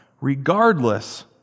regardless